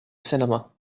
cinema